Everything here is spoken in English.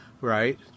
Right